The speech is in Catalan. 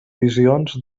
visions